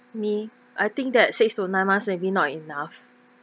me I think that six to nine months saving not enough